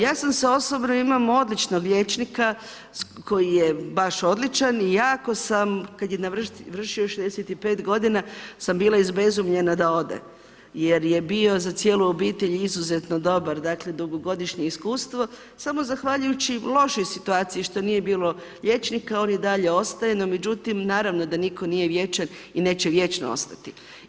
Ja sam se osobno imam odličnog liječnika koji je baš odličan i jako sam, kad je navršio 65 godina sam bila izbezumljena da ode jer je bio za cijelu obitelj izuzetno dobar, dakle dugogodišnje iskustvo, samo zahvaljujući lošoj situaciji što nije bilo liječnika, on i dalje ostaje, no međutim naravno da nitko nije vječan i neće vječno ostati.